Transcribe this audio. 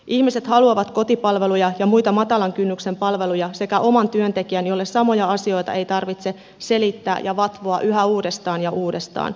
ihmiset haluavat kotipalveluja ja muita matalan kynnyksen palveluja sekä oman työntekijän jolle samoja asioita ei tarvitse selittää ja vatvoa yhä uudestaan ja uudestaan